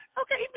okay